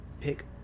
pick